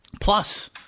Plus